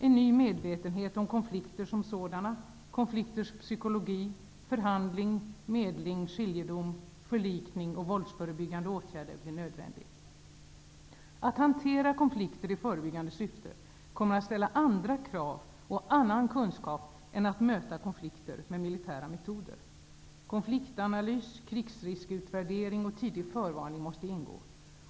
En ny medvetenhet om konflikter som sådana, konflikters psykologi, förhandling, medling, skiljedom, förlikning och våldsförebyggande åtgärder blir nödvändig. Att hantera konflikter i förebyggande syfte kommer att ställa andra krav och annan kunskap än att möta konflikter med militära metoder. Konfliktanalys, krigsriskutvärdering och tidig förvarning måste ingå.